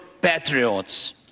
patriots